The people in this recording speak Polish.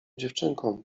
dziewczynką